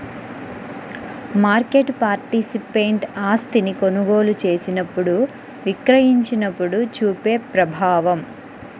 market participant ఆస్తిని కొనుగోలు చేసినప్పుడు, విక్రయించినప్పుడు చూపే ప్రభావం